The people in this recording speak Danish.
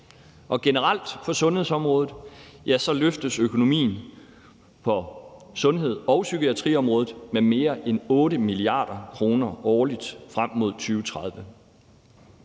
Generelt for sundhedsområdet løftes økonomien på sundheds- og psykiatriområdet med mere end 8 mia. kr. årligt frem mod 2030.